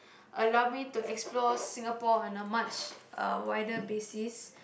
allow me to explore Singapore in a much a wider basis